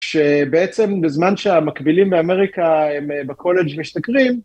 שבעצם בזמן שהמקבילים באמריקה הם בקולג' משתכרים,